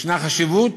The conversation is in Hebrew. יש חשיבות,